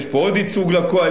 ויש פה עוד ייצוג לקואליציה,